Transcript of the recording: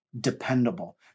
dependable